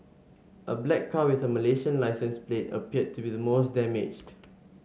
a black car with a Malaysian licence plate appeared to be the most damaged